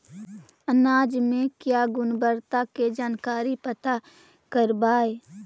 अनाज मे क्या गुणवत्ता के जानकारी पता करबाय?